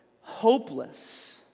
hopeless